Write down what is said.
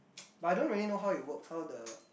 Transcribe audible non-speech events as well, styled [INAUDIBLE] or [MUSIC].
[NOISE] but I don't really know how it work how the